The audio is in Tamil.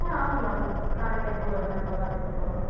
ம் ஆமாம் மேம் சாணக்யா ஸ்கூலோடய ப்ரின்ஸ்பல் தான் பேசுகிறேன் சொல்லுங்கள்